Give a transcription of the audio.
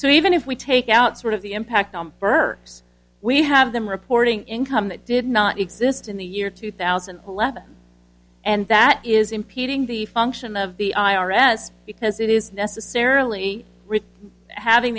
so even if we take out sort of the impact on her we have them reporting income that did not exist in the year two thousand and eleven and that is impeding the function of the i r s because it is necessarily rich having